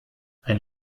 ein